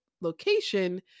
location